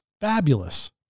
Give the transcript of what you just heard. fabulous